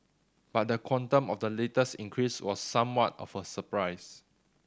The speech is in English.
but the quantum of the latest increase was somewhat of a surprise